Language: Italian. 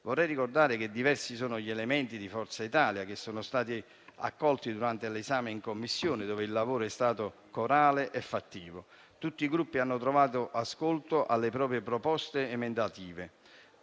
Vorrei ricordare che diversi sono gli emendamenti di Forza Italia che sono stati accolti durante l'esame in Commissione, dove il lavoro è stato corale e fattivo. Tutti i Gruppi hanno trovato ascolto sulle proprie proposte emendative